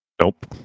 Nope